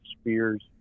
Spears